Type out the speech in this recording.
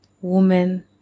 woman